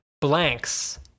blanks